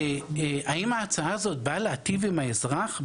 האם ההצעה הזאת באה להיטיב עם האזרח?